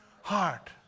heart